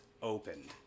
opened